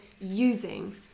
using